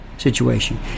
situation